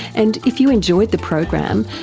and if you enjoyed the program,